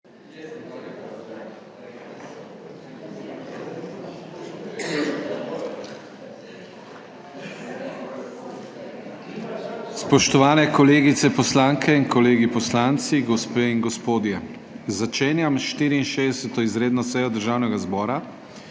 Spoštovane kolegice poslanke in kolegi poslanci, gospe in gospodje! Začenjam 64. izredno sejo Državnega zbora,